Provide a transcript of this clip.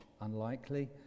unlikely